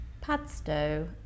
Padstow